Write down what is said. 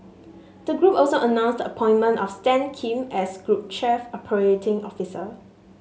the group also announced the appointment of Stan Kim as group chief operating officer